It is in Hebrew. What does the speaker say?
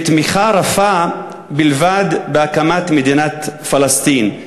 ותמיכה רפה בלבד בהקמת מדינת פלסטין.